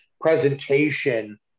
presentation